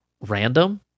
random